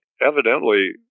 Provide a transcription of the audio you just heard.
evidently